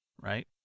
right